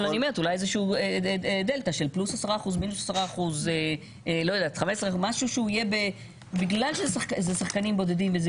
אולי דלתא של פלוס 10% מינוס 10%. בגלל שמדובר בשחקנים בודדים.